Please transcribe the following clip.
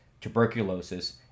tuberculosis